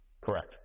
Correct